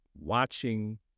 watching